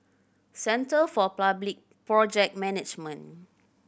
Centre for Public Project Management